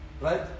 Right